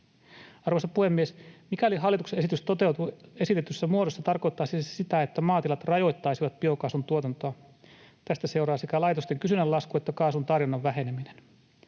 Arvoisa puhemies! Mikäli hallituksen esitys toteutuu esitetyssä muodossa, tarkoittaisi se sitä, että maatilat rajoittaisivat biokaasun tuotantoa. Tästä seuraa sekä laitosten kysynnän lasku että kaasun tarjonnan väheneminen.